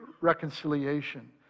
reconciliation